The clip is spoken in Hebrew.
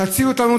תצילו אותנו,